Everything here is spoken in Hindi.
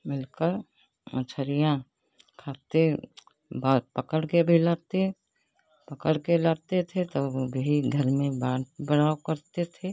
मिलकर मछलियाँ खाते व पकड़ कर भी लाते पकड़ कर लाते थे तो वही घर में बा बनाया करते थे